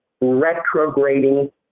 retrograding